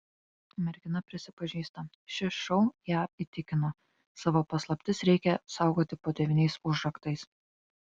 mergina prisipažįsta šis šou ją įtikino savo paslaptis reikia saugoti po devyniais užraktais